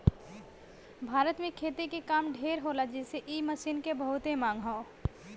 भारत में खेती के काम ढेर होला जेसे इ मशीन के बहुते मांग हौ